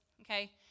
okay